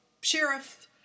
sheriff